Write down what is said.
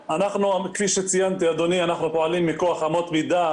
כפי שציינתי, אדוני, אנחנו פועלים מכוח אמות מידה.